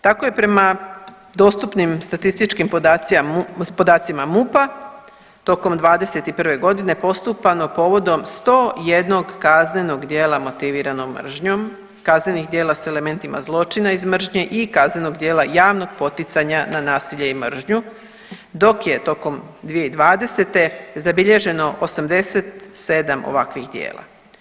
Tako i prema dostupnim statističkim podacima MUP-a tokom 2021. godine postupano povodom 101 kaznenog djela motivirano mržnjom, kaznenih djela sa elementima zločina iz mržnje i kaznenog djela javnog poticanja na nasilje i mržnju, dok je tokom 2020. zabilježeno 87 ovakvih djela.